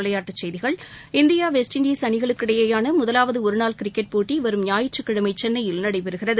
விளையாட்டுச் செய்திகள் இந்திய வெஸ்ட் இண்டீஸ் அணிகளுக்கிடையேயான முதலாவது ஒருநாள் கிரிக்கெட் போட்டி வரும் ஞாயிற்றுக்கிழமை சென்னையில் நடைபெறுகிறது